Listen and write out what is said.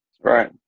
Right